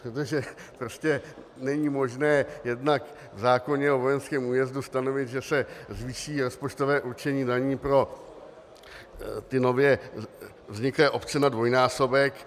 Protože prostě není možné jednak v zákoně o vojenském újezdu stanovit, že se zvýší rozpočtové určení daní pro nově vzniklé obce na dvojnásobek.